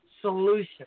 solution